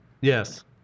Yes